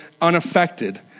unaffected